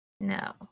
No